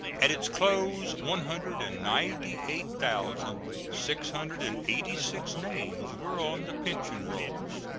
at its close one hundred and ninety eight thousand six hundred and eighty six names were on the pension rolls.